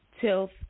tilth